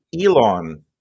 Elon